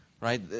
right